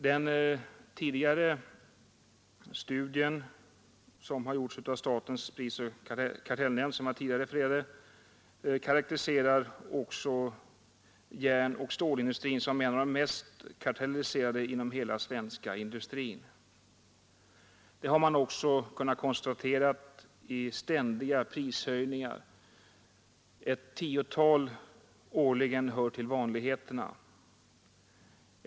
Den tidigare refererade studie som gjorts av statens prisoch kartellnämnd betecknar järnoch stålindustrin som en av de mest kartelliserade inom hela den svenska industrin. Detta har också kunnat avläsas i ständiga prishöjningar; ett tiotal årligen hör till vanligheterna.